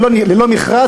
ללא מכרז,